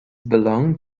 belong